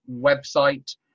website